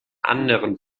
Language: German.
anderen